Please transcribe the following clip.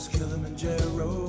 Kilimanjaro